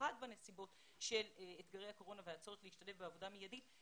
במיוחד בנסיבות של אתגרי הקורונה והצורך להשתלב בעבודה מיידית,